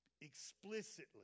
explicitly